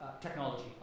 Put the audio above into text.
technology